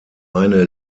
eine